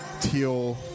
Teal